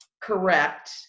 correct